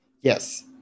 yes